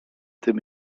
tym